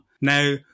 Now